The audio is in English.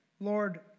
Lord